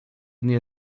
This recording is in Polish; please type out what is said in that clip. nie